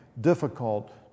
difficult